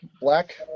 black